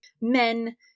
men